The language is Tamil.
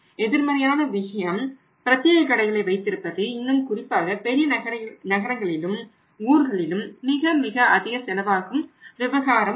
எதிர்மறையான விஷயம் பிரத்தியேக கடைகளை வைத்திருப்பது இன்னும் குறிப்பாக பெரிய நகரங்களிலும் ஊர்களிலும் மிக மிக அதிக செலவாகும் விவகாரமாகும்